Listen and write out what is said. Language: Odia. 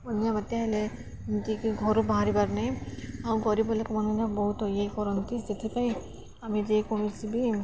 ବନ୍ୟା ବାତ୍ୟା ହେଲେ ଯେମିତିକି ଘରୁ ବାହାରିବାର ନାହିଁ ଆଉ ଗରିବ ଲୋକମାନେ ବହୁତ ଇଏ କରନ୍ତି ସେଥିପାଇଁ ଆମେ ଯେକୌଣସି ବି